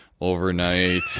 overnight